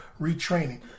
retraining